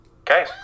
Okay